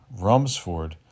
Rumsford